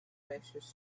precious